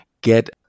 get